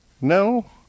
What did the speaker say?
No